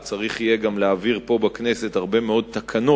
ויהיה צריך להעביר פה בכנסת הרבה תקנות